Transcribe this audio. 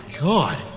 god